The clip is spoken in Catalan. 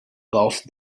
golf